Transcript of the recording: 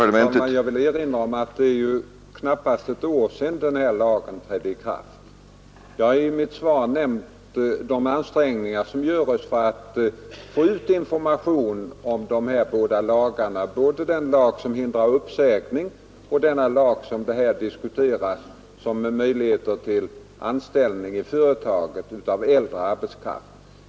Herr talman! Jag vill erinra om att det är knappast ett år sedan lagen trädde i kraft. Jag har i mitt svar nämnt de ansträngningar som görs för att få ut information om både den lag som hindrar uppsägning och den lag som diskuteras här och som ger möjlighet till anställning av äldre arbetskraft i företag.